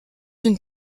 une